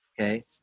okay